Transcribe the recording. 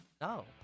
No